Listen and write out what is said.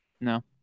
No